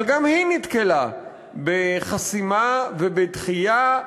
אבל גם היא נתקלה בחסימה ובדחייה.